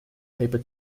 paper